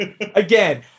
Again